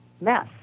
Mess